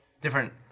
different